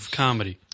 comedy